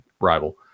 rival